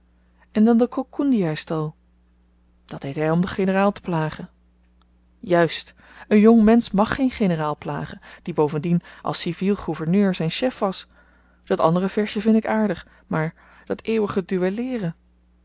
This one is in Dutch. en dan de kalkoen dien hy stal dat deed hy om den generaal te plagen juist een jong mensch mag geen generaal plagen die bovendien als civiel gouverneur zyn chef was dat andere versje vind ik aardig maar dat eeuwige